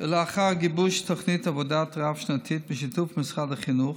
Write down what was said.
ולאחר גיבוש תוכנית עבודה רב-שנתית בשיתוף משרד החינוך,